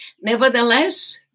Nevertheless